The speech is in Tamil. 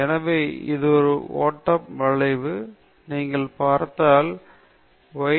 எனவே உங்கள் ஓட்டம் அடிப்படையில் அறியப்படாத சவாரி போல உங்கள் போர்ன்விட்டா மறந்துவிட்டேன் அது அடிப்படையில் நீ ஓட்டம் நன்றாக இருக்கிறாய்